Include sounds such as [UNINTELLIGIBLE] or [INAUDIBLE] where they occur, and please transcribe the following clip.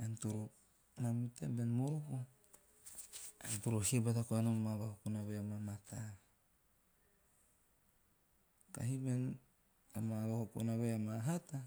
Ean toro he bata koa nom amaa vakokona vai amaa mataa. Kahi bean [UNINTELLIGIBLE] amaa vakokona vai amaa hata